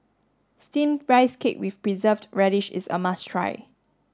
steam rice cake with preserved radish is a must try